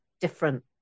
different